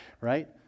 right